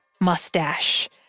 mustache